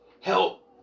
Help